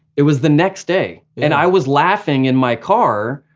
it was the next day, and i was laughing in my car,